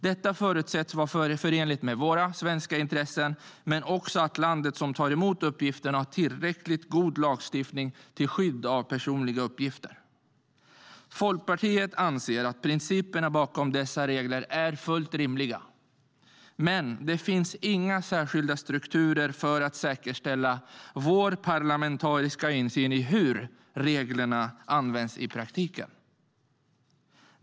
Detta förutsätts vara förenligt med våra svenska intressen och att landet som tar emot uppgifterna har tillräckligt god lagstiftning till skydd av personliga uppgifter. Folkpartiet anser att principerna bakom dessa regler är fullt rimliga, men det finns inga särskilda strukturer för att säkerställa vår parlamentariska insyn i hur reglerna används i praktiken.